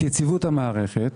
את יציבות המערכת.